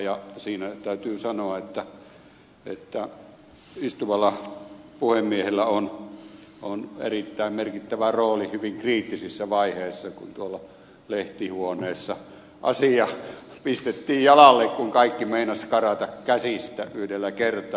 täytyy sanoa että siinä istuvalla puhemiehellä oli erittäin merkittävä rooli hyvin kriittisissä vaiheissa kun tuolla lehtihuoneessa asia pistettiin jalalle kun kaikki meinasi karata käsistä yhdellä kertaa